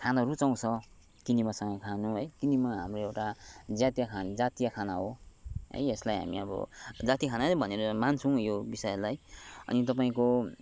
खाना रुचाउँछ किनेमासँग खानु है किनेमा हाम्रो एउटा जातीय खान जातीय खाना हो है यसलाई हामी अब जातीय खाना नै भनेर मान्छौँ यो विषयलाई अनि तपाईँको